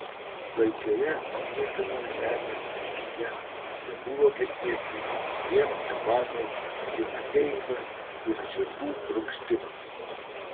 klaikioje niekieno žemės tyloje tebuvo girdėti vien kamanų dzingsėjimas ir žirgų prunkštimas